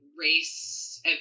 race